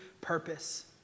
purpose